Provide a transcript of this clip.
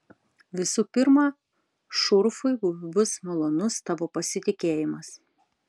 visų pirma šurfui bus malonus tavo pasitikėjimas